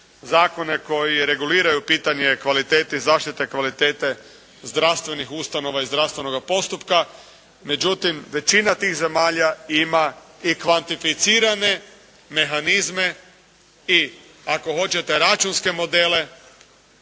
zakone koji reguliraju pitanje kvalitete i zaštite kvalitete zdravstvenih ustanova i zdravstvenoga postupka, međutim, većina tih zemalja ima i kvantificirane mehanizme i ako hoćete računske modele